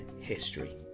history